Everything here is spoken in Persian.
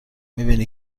میبینی